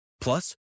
Plus